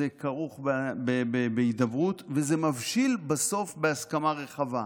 זה כרוך בהידברות וזה מבשיל בסוף בהסכמה רחבה.